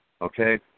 okay